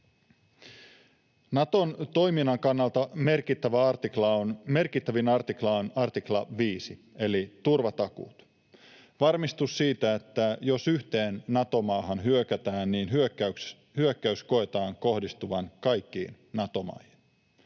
Naton toiminnan kannalta merkittävin artikla on 5 artikla, eli turvatakuut. Varmistus siitä, että jos yhteen Nato-maahan hyökätään, niin hyökkäys koetaan kohdistuvan kaikkiin Nato-maihin: